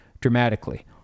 dramatically